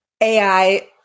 AI